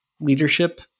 leadership